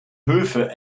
höfe